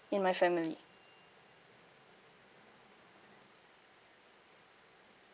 in my family